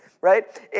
right